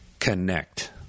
Connect